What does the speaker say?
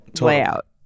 layout